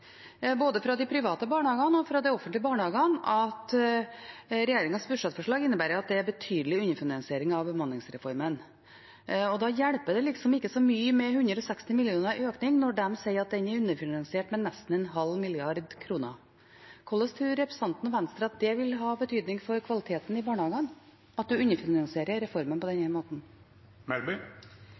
både fra de private og de offentlige barnehagene, at regjeringens budsjettforslag innebærer at det er en betydelig underfinansiering av bemanningsreformen. Da hjelper det ikke så mye med 160 mill. kr i økning når de sier at den er underfinansiert med nesten en halv milliard kroner. Hvilken betydning tror representanten Melby og Venstre at det vil ha for kvaliteten i barnehagene, at en underfinansierer reformen på denne måten?